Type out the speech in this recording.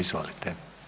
Izvolite.